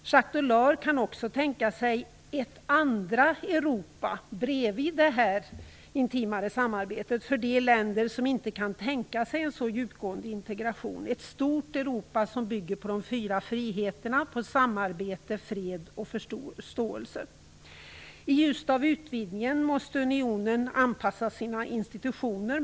Jacques Delors kan också tänka sig ett andra Europa, bredvid detta intimare samarbete, för de länder som inte kan tänka sig en så djupgående integration; ett stor Europa som bygger på de fyra friheterna, samarbete, fred och förståelse. I ljuset av utvidgningen måste unionen anpassa sina institutioner.